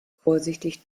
vorsichtig